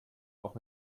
auch